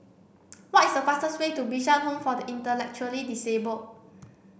what is the fastest way to Bishan Home for the Intellectually Disabled